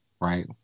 right